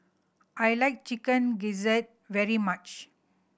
I like Chicken Gizzard very much